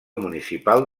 municipal